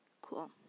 cool